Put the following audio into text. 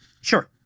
Sure